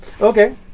Okay